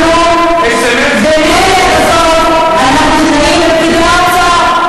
במילא בסוף אנחנו נכנעים לפקידי האוצר.